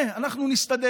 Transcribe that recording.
אז אני רוצה,